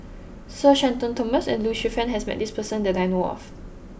Sir Shenton Thomas and Lee Shu Fen has met this person that I know of